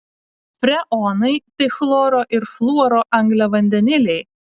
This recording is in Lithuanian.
freonai tai chloro ir fluoro angliavandeniliai